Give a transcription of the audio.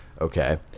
Okay